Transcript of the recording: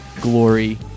Glory